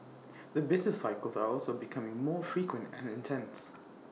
the business cycles are also becoming more frequent and intense